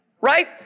right